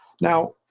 Now